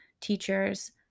teachers